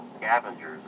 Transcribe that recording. scavengers